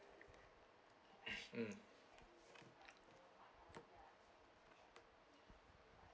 mm